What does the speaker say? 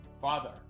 Father